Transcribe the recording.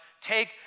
Take